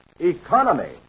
Economy